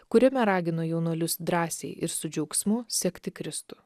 kuriame ragino jaunuolius drąsiai ir su džiaugsmu sekti kristų